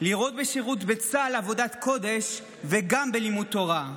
לראות בשירות בצה"ל עבודת קודש, וגם בלימוד תורה,